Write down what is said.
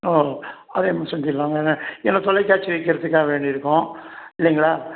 ம் மாதிரி செஞ்சிட்டுலாம்ங்க ஏன்னா தொலைகாட்சி வைக்கிறதுக்காக வேண்டிருக்கும் இல்லைங்களா